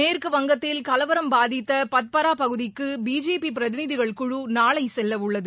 மேற்கு வங்கத்தில் கலவரம் பாதித்த பத்பரா பகுதிக்கு பிஜேபி பிரதிநிதிகள் குழு நாளை செல்லவுள்ளது